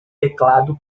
teclado